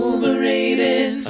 Overrated